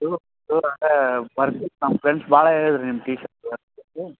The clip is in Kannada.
ನಮ್ಮ ಫ್ರೆಂಡ್ಸ್ ಭಾಳ ಹೇಳಿದರು ನಿಮ್ಮ ಟೀ ಬಗ್ಗೆ